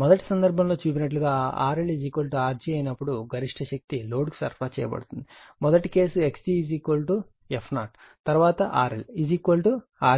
మొదటి సందర్భంలో చూపినట్లుగా RL Rg అయినప్పుడు గరిష్ట శక్తి లోడ్కు సరఫరా చేయబడుతుంది మొదటి కేసు Xg f0 తరువాత RL Rg కూడా ఉంటుంది